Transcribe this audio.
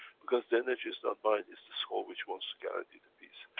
because, the energy's not mine, it's the soul which wants to guarantee the peace.